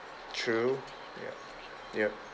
true ya yup